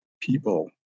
people